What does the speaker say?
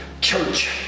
church